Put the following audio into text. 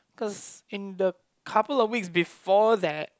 cause in the couple of weeks before that